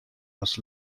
was